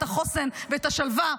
את החוסן ואת השלווה,